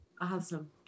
awesome